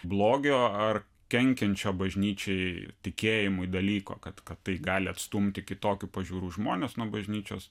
blogio ar kenkiančio bažnyčiai tikėjimui dalyko kad kad tai gali atstumti kitokių pažiūrų žmones nuo bažnyčios